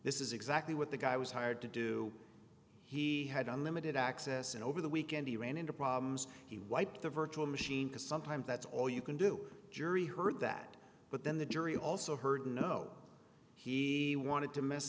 this is exactly what the guy was hired to do he had unlimited access and over the weekend he ran into problems he wiped the virtual machine sometimes that's all you can do jury heard that but then the jury also heard no he wanted to mess